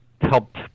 helped